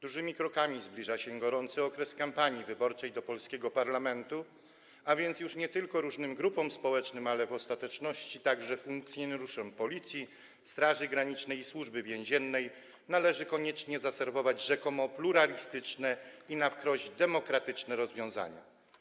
Dużymi krokami zbliża się gorący okres kampanii wyborczej do polskiego parlamentu, a więc już nie tylko różnym grupom społecznym, ale w ostateczności także funkcjonariuszom Policji, Straży Granicznej i Służby Więziennej należy koniecznie zaserwować rzekomo pluralistyczne i na wskroś demokratyczne rozwiązania.